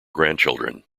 grandchildren